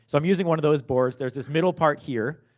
so i'm using one of those boards. there's this middle part here,